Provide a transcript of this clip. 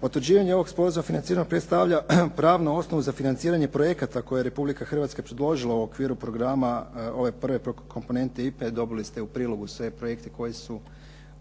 Potvrđivanje ovog sporazuma o financiranju predstavlja pravnu osnovu za financiranje projekata koje je Republika Hrvatska predložila u okviru programa ove prve komponente IPA-e. Dobili ste u prilogu sve projekte koji su